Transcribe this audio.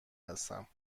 هستم